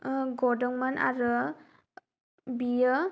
गदोंमोन आरो बियो